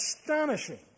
astonishing